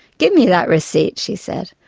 give me that receipt she said.